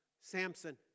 Samson